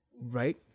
Right